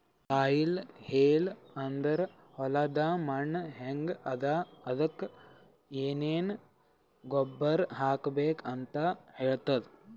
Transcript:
soil health ಅಂದ್ರ ಹೊಲದ್ ಮಣ್ಣ್ ಹೆಂಗ್ ಅದಾ ಅದಕ್ಕ್ ಏನೆನ್ ಗೊಬ್ಬರ್ ಹಾಕ್ಬೇಕ್ ಅಂತ್ ಹೇಳ್ತದ್